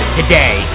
today